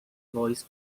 voice